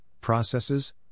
processes